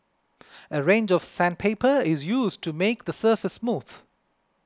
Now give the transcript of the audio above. a range of sandpaper is used to make the surface smooth